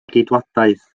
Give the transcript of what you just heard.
geidwadaeth